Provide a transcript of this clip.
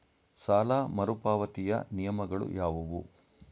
ಸಾಲ ಮರುಪಾವತಿಯ ನಿಯಮಗಳು ಯಾವುವು?